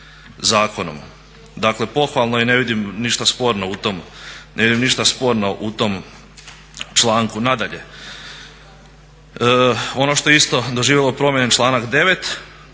Dakle, pohvalno je i ne vidim ništa sporno u tom članku. Nadalje, ono što je isto doživjelo promjene, članak 9.,